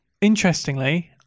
interestingly